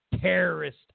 terrorist